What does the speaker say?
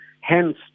Hence